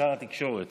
שר התקשורת